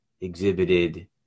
exhibited